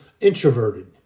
introverted